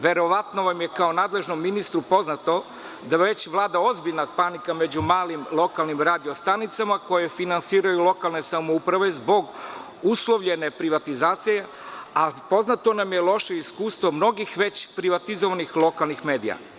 Verovatno vam je kao nadležnom ministru poznato da već vlada ozbiljna panika među malim lokalnim radio stanicama koje finansiraju lokalne samouprave zbog uslovljene privatizacije, a poznato nam je loše iskustvo mnogih već privatizovanih lokalnih medija.